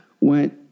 Went